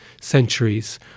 centuries